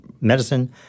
medicine